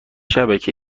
شبکه